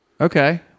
Okay